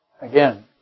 Again